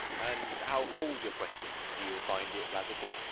and how falls your question? do you find it radical?